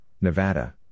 Nevada